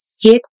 Hit